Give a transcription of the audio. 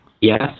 yes